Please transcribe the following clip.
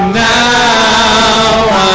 now